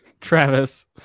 Travis